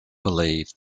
believed